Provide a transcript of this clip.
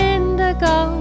Indigo